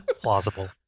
Plausible